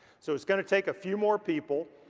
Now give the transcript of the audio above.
so it's gonna take a few more people.